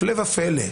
הפלא ופלא,